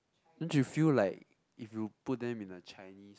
don't you feel like if you put them in a Chinese